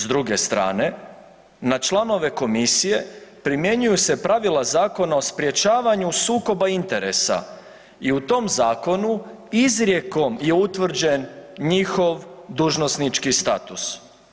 S druge strane, na članove komisije primjenjuju se pravila Zakona o sprječavanju sukoba interesa i u tom zakonu izrijekom je utvrđen njihov dužnosnički status.